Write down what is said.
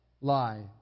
lie